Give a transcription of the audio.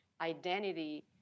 identity